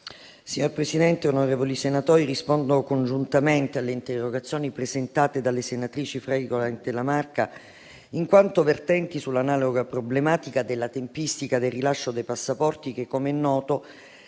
Signor Presidente, onorevoli senatori, rispondo congiuntamente alle interrogazioni presentate dalle senatrici Fregolent e La Marca, in quanto vertenti sull'analoga problematica della tempistica del rilascio dei passaporti che - com'è noto